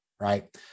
Right